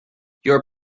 your